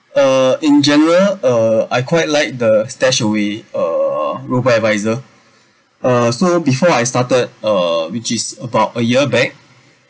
uh in general uh I quite like the StashAway uh robo adviser uh so before I started uh which is about a year back